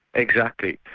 exactly.